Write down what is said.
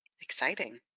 Exciting